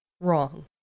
Wrong